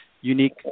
unique